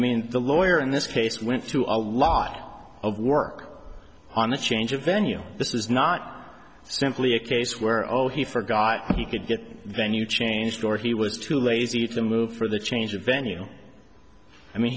mean the lawyer in this case went through a lot of work on a change of venue this was not simply a case where oh he forgot he could get then you changed or he was too lazy to move for the change of venue i mean